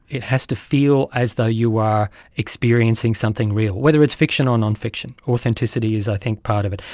it has to feel as though you are experiencing something real, whether it's fiction or non-fiction, authenticity is i think part of it.